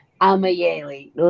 amayeli